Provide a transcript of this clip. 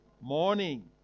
morning